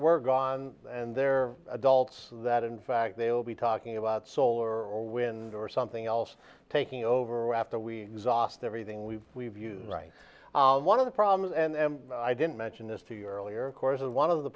we're gone and they're adults that in fact they'll be talking about solar or wind or something else taking over after we exhaust everything we've we've used right one of the problems and i didn't mention this to you earlier course is one of the